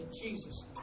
Jesus